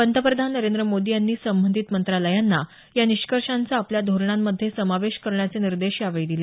पंतप्रधान नरेंद्र मोदी यांनी संबंधित मंत्रालयांना या निष्कर्षांचा आपल्या धोरणांमध्ये समावेश करण्याचे निर्देश यावेळी दिले